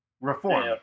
reform